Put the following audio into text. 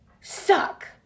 Suck